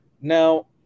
Now